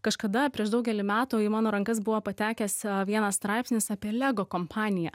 kažkada prieš daugelį metų į mano rankas buvo patekęs vienas straipsnis apie lego kompaniją